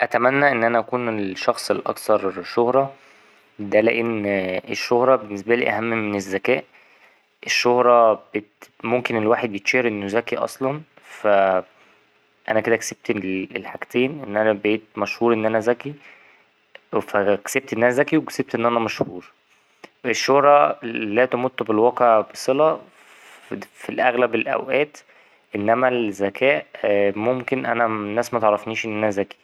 أتمنى إن أنا أكون الشخص الأكثر شهرة، ده لأن الشهرة بالنسبالي أهم من الذكاء الشهرة ممكن الواحد يتشهر إنه ذكي أصلا فا كده أنا كسبت الحاجتين إن أنا بقيت مشهور إن أنا ذكي فا كسبت إن أنا ذكي وكسبت إن أنا مشهور، الشهرة لا تمت بالواقع بصلة في أغلب الأوقات إنما الذكاء ممكن أنا الناس متعرفنيش إن أنا ذكي.